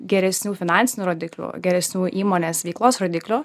geresnių finansinių rodiklių geresnių įmonės veiklos rodiklių